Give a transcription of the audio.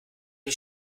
die